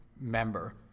member